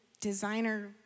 designer